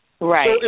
Right